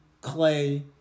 Clay